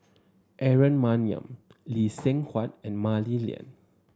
Aaron Maniam Lee Seng Huat and Mah Li Lian